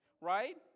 right